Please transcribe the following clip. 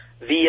via